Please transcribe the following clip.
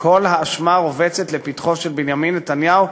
וכל האשמה רובצת לפתחו של בנימין נתניהו,